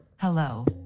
Hello